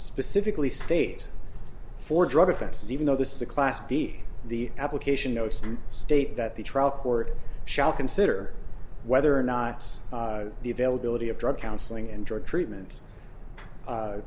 specifically state for drug offenses even though this is a class b the application notes state that the trial court shall consider whether or not it's the availability of drug counseling and drug treatment